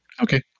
Okay